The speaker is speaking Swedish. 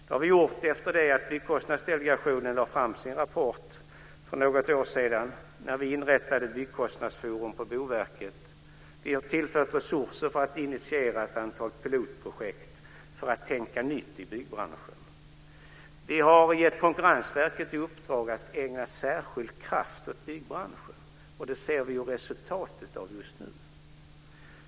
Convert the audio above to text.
Det har vi gjort efter att Byggkostnadsdelegationen lade fram sin rapport för något år sedan när vi inrättade Byggkostnadsforum på Boverket. Vi har tillfört resurser för att initiera ett antal pilotprojekt för att tänka nytt i byggbranschen. Vi har gett Konkurrensverket i uppdrag att ägna särskild kraft åt byggbranschen, och det ser vi ju resultatet av just nu.